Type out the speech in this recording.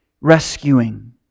rescuing